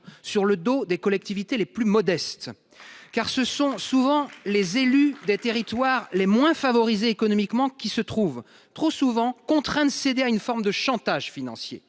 sur le dos des collectivités les plus modestes, car ce sont souvent les élus des territoires les moins favorisés économiquement qui se trouvent trop souvent contraint de céder à une forme de chantage financier